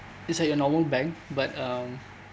it's like your normal bank but um